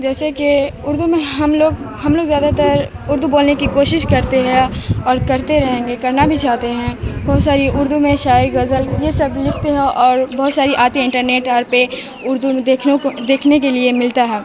جیسے کہ اردو میں ہم لوگ ہم لوگ زیادہ تر اردو بولنے کی کوشش کرتے ہیں اور کرتے رہیں گے کرنا بھی چاہتے ہیں بہت ساری اردو میں شاعری غزل یہ سب لکھتے ہیں اور بہت ساری آتی ہیں انٹرنیٹ اور پہ اردو دیکھ کو دیکھنے کے لیے ملتا ہے